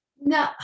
No